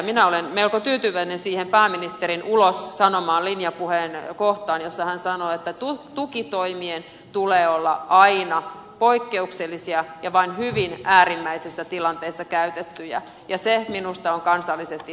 minä olen melko tyytyväinen siihen pääministerin ulos sanomaan linjapuheen kohtaan jossa hän sanoi että tukitoimien tulee olla aina poikkeuksellisia ja vain hyvin äärimmäisessä tilanteessa käytettyjä ja se minusta on kansallisesti tärkeää